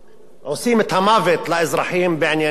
עושים את המוות לאזרחים בענייני מסים.